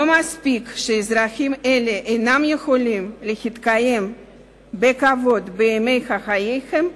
לא מספיק שאזרחים אלה אינם יכולים להתקיים בכבוד בימי חייהם,